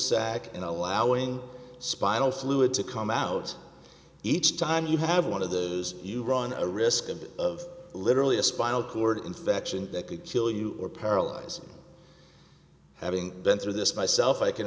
sac in allowing spinal fluid to come out each time you have one of those you run a risk of of literally a spinal cord infection that could kill you or paralyze having been through this myself i can